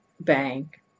bank